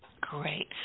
Great